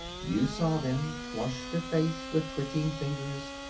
you saw them, flushed of face, with twitching fingers,